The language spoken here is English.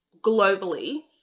globally